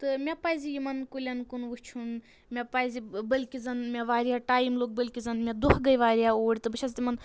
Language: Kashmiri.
تہٕ مےٚ پَزِ یِمَن کُلؠن کُن وٕچھُن مےٚ پَزِ بٔلکہِ زَن مےٚ واریاہ ٹایِم لوٚگ بٔلکہِ زَن مےٚ دۄہ گٔے واریاہ اورۍ تہٕ بہٕ چھَس تِمَن